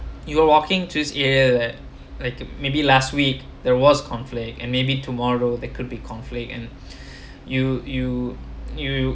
you were walking to this area that maybe last week there was conflict and maybe tomorrow there could be conflict and you you you